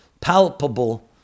palpable